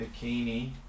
Bikini